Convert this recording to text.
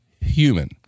human